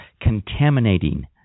contaminating